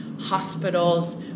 hospitals